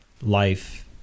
life